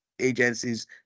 agencies